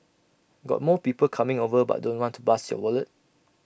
got more people coming over but don't want to bust your wallet